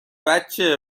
بچه